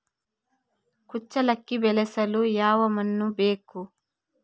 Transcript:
ಕುಚ್ಚಲಕ್ಕಿ ಬೆಳೆಸಲು ಯಾವ ಮಣ್ಣು ಬೇಕು?